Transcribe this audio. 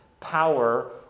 power